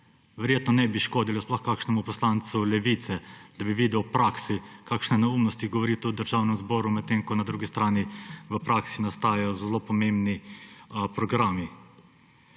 Verjetno ne bi škodilo, sploh kakšnemu poslancu Levice, da bi videl v praksi, kakšne neumnosti govori tu v Državnem zboru, medtem ko na drugi strani v praksi nastajajo zelo pomembni programi.